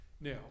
Now